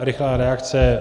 Rychlá reakce.